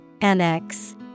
Annex